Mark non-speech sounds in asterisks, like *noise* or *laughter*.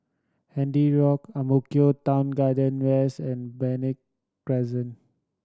Handy Road Ang Mo Kio Town Garden West and *unintelligible* Crescent